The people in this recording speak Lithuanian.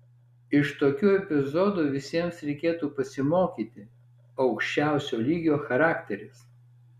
iš tokių epizodų visiems reikėtų pasimokyti aukščiausio lygio charakteris